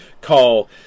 call